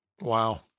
Wow